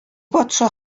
патша